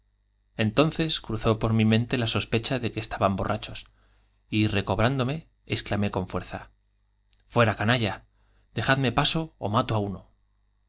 entonces cruzó por mi mente la sospecha de que estaban borrachos y recobrándome exclamé con fuerza i fuera canalla dejadme paso ó mato á uno